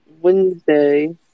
Wednesday